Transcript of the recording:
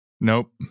Nope